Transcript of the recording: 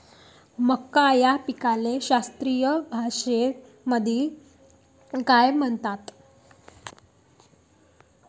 मका या पिकाले शास्त्रीय भाषेमंदी काय म्हणतात?